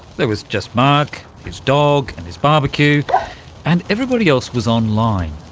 there was just mark, his dog, and his bbq and everybody else was online.